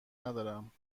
ندارم